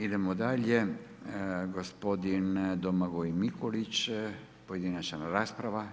Idemo dalje, gospodin Domagoj Mikulić, pojedinačna rasprava.